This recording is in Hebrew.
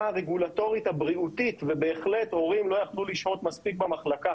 הרגולטורית הבריאותית ובהחלט הורים לא יכלו לשהות מספיק במחלקה.